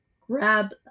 Grab